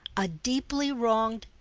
a deeply wronged,